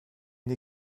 une